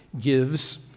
gives